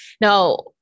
Now